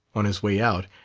on his way out,